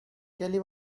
kelly